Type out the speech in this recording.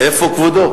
איפה כבודו?